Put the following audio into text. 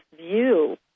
view